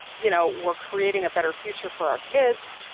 you know, we're creating a better future for our kids.